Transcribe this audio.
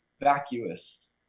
vacuous